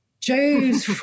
Joe's